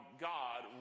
God